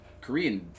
Korean